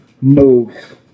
moves